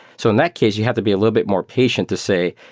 so in that case you have to be a little bit more patient to say,